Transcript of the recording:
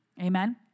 Amen